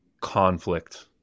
conflict